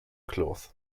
cloth